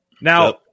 Now